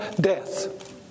death